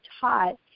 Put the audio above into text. taught